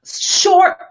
short